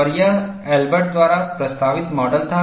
और यह एलबर्ट द्वारा प्रस्तावित मॉडल था